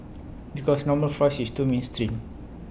because normal fries is too mainstream